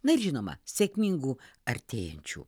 na ir žinoma sėkmingų artėjančių